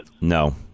No